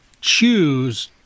choose